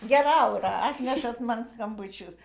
gera aura atnešat man skambučius